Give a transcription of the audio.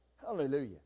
Hallelujah